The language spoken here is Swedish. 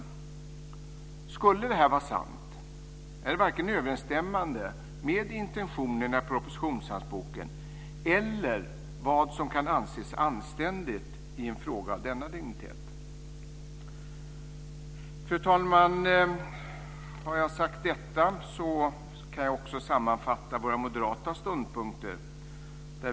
Om detta är sant, kan man fråga sig om det verkligen är i överensstämmelse med intentionerna i propositionshandboken eller vad som kan anses anständigt i en fråga av denna dignitet. Fru talman! När jag sagt detta kan jag också sammanfatta våra moderata ståndpunkter.